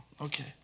Okay